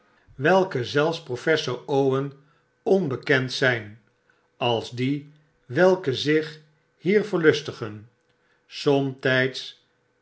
welke zelfs professor owen onbeend zp als die welke zich hier verlustigen somtyds